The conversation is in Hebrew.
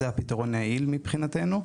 זה הפתרון היעיל מבחינתנו.